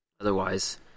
Otherwise